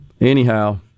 anyhow